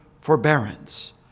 forbearance